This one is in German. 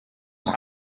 doch